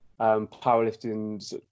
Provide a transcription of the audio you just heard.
powerlifting